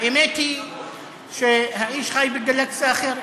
האמת היא שהאיש חי בגלקסיה אחרת.